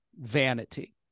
vanity